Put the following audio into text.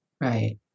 Right